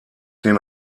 den